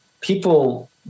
people